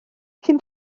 cyn